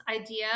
idea